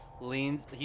leans